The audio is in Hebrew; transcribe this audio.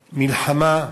מלחמה,